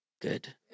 Good